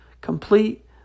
complete